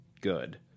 good